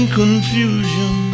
confusion